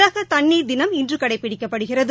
உலகதண்ணீர் தினம் இன்றுகடைபிடிக்கப்படுகிறது